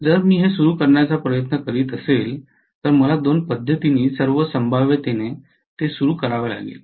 जर मी हे सुरु करण्याचा प्रयत्न करीत असेल तर मला दोन पद्धतींनी सर्व संभाव्यतेने ते सुरू करावे लागेल